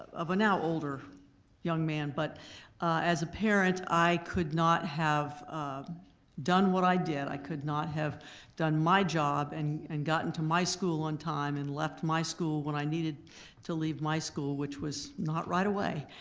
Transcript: of a now-older young man. but as a parent i could not have done what i did, i could not have done my job and and gotten to my school on time and left my school when i needed to leave my school, which was not right away,